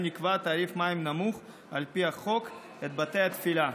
נקבע תעריף מים נמוך על פי החוק את בתי התפילה.